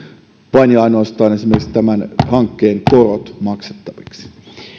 vain ja ainoastaan esimerkiksi tämän hankkeen korot maksettaviksi